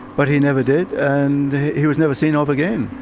but he never did and he was never seen of again,